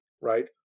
right